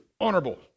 honorable